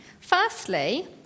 firstly